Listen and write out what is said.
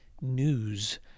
news